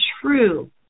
true